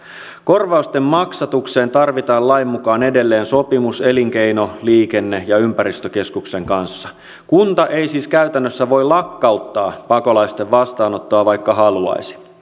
korvausten maksatukseen tarvitaan lain mukaan edelleen sopimus elinkeino liikenne ja ympäristökeskuksen kanssa kunta ei siis käytännössä voi lakkauttaa pakolaisten vastaanottoa vaikka haluaisi